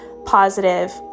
positive